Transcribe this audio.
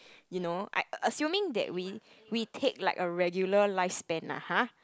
you know I assuming that we we take like a regular life stand ah ha